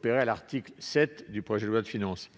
prévue à l'article 7 du projet de loi de finances.